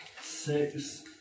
Six